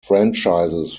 franchises